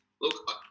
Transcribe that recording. Look